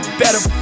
better